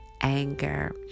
anger